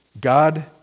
God